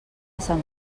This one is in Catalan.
sant